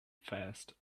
fast